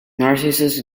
narcissus